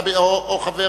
אדוני.